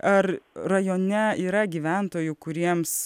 ar rajone yra gyventojų kuriems